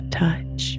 touch